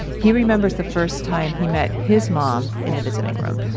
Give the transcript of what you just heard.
he remembers the first time he met his mom in the visiting room.